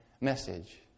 message